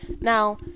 now